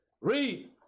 Read